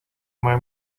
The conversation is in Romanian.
mai